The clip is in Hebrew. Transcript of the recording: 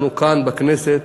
אנחנו, כאן, בכנסת,